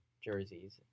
jerseys